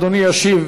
אדוני ישיב